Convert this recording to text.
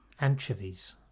anchovies